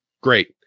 great